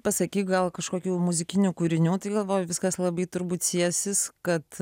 pasakyk gal kažkokių muzikinių kūrinių tai galvoju viskas labai turbūt siesis kad